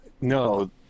No